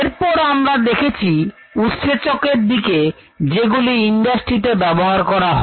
এরপর আমরা দেখেছি উৎসেচকের দিকে যেগুলি ইন্ডাস্ট্রিতে ব্যবহার করা হয়